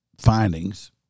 findings